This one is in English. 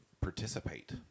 participate